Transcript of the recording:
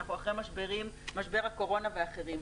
אנחנו אחרי משבר הקורונה ואחרים.